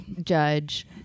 judge